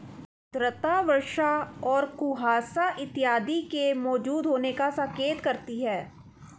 आर्द्रता वर्षा और कुहासा इत्यादि के मौजूद होने का संकेत करती है